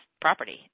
property